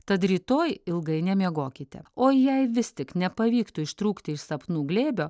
tad rytoj ilgai nemiegokite o jei vis tik nepavyktų ištrūkti iš sapnų glėbio